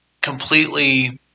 completely